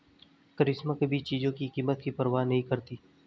करिश्मा कभी चीजों की कीमत की परवाह नहीं करती